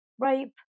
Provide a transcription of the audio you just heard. rape